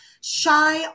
shy